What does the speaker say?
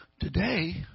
Today